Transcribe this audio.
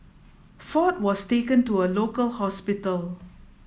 Ford was taken to a local hospital